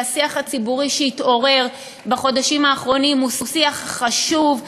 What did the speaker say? השיח הציבורי שהתעורר בחודשים האחרונים הוא שיח חשוב.